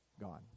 gone